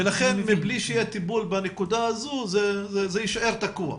ולכן מבלי שיהיה טיפול בנקודה הזו, זה יישאר תקוע.